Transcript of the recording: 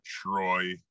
troy